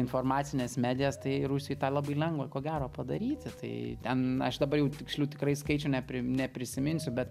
informacines medijas tai rusijoj tą labai lengva ko gero padaryti tai ten aš dabar jau tikslių tikrai skaičių neprisiminsiu bet